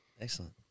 Excellent